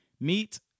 meet